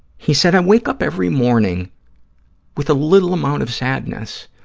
he said, i wake up every morning with a little amount of sadness,